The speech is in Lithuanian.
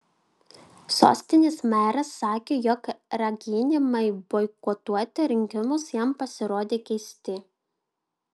sostinės meras sakė jog raginimai boikotuoti rinkimus jam pasirodė keisti